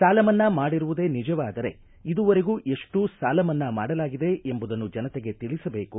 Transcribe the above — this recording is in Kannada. ಸಾಲ ಮನ್ನಾ ಮಾಡಿರುವುದೇ ನಿಜವಾದರೆ ಇದುವರೆಗೂ ಎಷ್ಟು ಸಾಲ ಮನ್ನಾ ಮಾಡಲಾಗಿದೆ ಎಂಬುದನ್ನು ಜನತೆಗೆ ತಿಳಿಸಬೇಕು